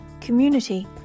community